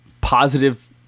positive